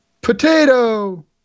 Potato